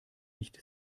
nicht